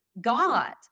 God